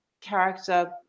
character